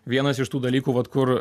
vienas iš tų dalykų vat kur